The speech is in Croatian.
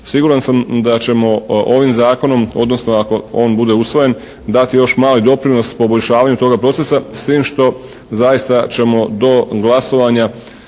Siguran sam da ćemo ovim zakonoom odnosno ako on bude usvojen dati još mali doprinos poboljšavanju toga procesa s tim što zaista ćemo do glasovanja